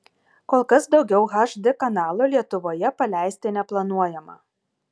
kol kas daugiau hd kanalų lietuvoje paleisti neplanuojama